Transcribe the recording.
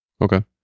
Okay